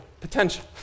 potential